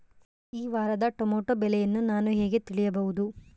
ಈ ವಾರದ ಟೊಮೆಟೊ ಬೆಲೆಯನ್ನು ನಾನು ಹೇಗೆ ತಿಳಿಯಬಹುದು?